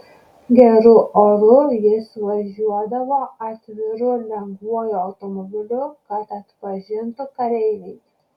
geru oru jis važiuodavo atviru lengvuoju automobiliu kad atpažintų kareiviai